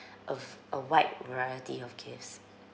a v~ a wide variety of gifts